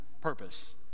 purpose